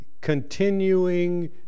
continuing